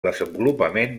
desenvolupament